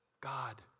God